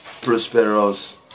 prosperous